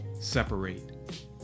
separate